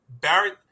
Barrett